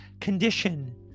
Condition